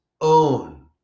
own